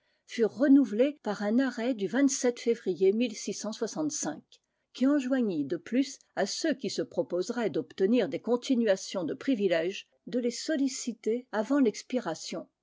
furent renouvelées par un arrêt du février qui enjoignit de plus à ceux qui se proposeraient d'obtenir des continuations de privilèges de les solliciter un an avant l'expiration